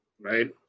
right